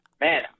man